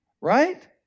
right